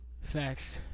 Facts